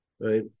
right